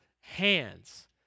hands